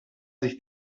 sich